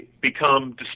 become